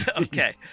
Okay